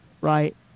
right